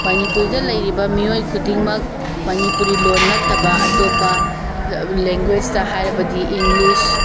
ꯃꯅꯤꯄꯨꯔꯗ ꯂꯩꯔꯤꯕ ꯃꯤꯑꯣꯏ ꯈꯨꯗꯤꯡꯃꯛ ꯃꯅꯤꯄꯨꯔꯤ ꯂꯣꯟ ꯅꯠꯇꯕ ꯑꯇꯣꯞꯄ ꯂꯦꯟꯒꯨꯋꯦꯖꯇꯥ ꯍꯥꯏꯔꯕꯗꯤ ꯏꯪꯂꯤꯁ